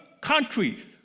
countries